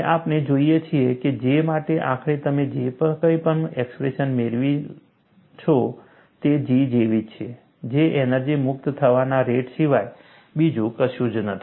અને આપણે જોઈએ છીએ કે J માટે આખરે તમે જે કંઈ પણ એક્સપ્રેશન મેળવો છો તે G જેવી જ છે જે એનર્જી મુક્ત થવાના રેટ સિવાય બીજું કશું જ નથી